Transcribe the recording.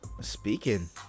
speaking